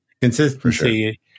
Consistency